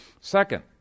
Second